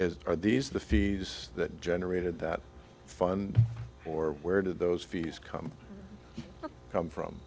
as are these the fees that generated that fund or where did those fees come come from